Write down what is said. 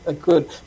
good